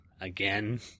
Again